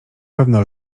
pewno